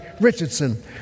Richardson